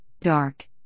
dark